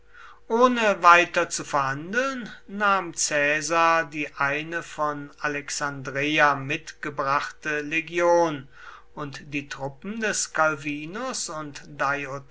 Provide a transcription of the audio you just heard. ohne weiter zu verhandeln nahm caesar die eine von alexandreia mitgebrachte legion und die truppen des calvinus und